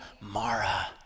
Mara